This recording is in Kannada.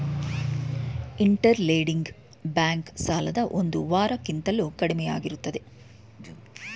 ಇಂಟರ್ ಲೆಂಡಿಂಗ್ ಬ್ಯಾಂಕ್ ಸಾಲದ ಒಂದು ವಾರ ಕಿಂತಲೂ ಕಡಿಮೆಯಾಗಿರುತ್ತದೆ